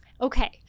Okay